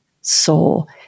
soul